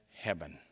heaven